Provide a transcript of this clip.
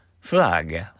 Flag